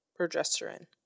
progesterone